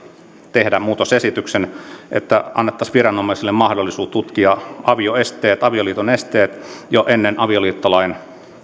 tehdä että annettaisiin viranomaisille mahdollisuus tutkia avioliiton esteet jo ennen avioliittolain